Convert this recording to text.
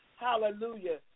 hallelujah